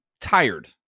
tired